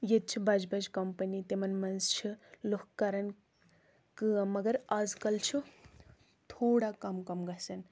ییٚتہِ چھ بَجہِ بَجہِ کَمپنی تِمَن منز چھ لُکھ کَران کٲم مَگر آز کل چھُ تھوڑا کم کم گَسان